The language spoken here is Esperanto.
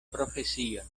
profesion